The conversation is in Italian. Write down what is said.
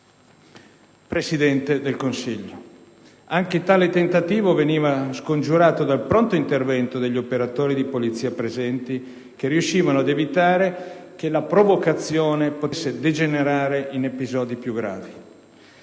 Presidente del Consiglio. Anche tale tentativo veniva scongiurato dal pronto intervento degli operatori di polizia presenti, che riuscivano ad evitare che la provocazione potesse degenerare in episodi più gravi.